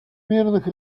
мирных